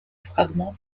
fragments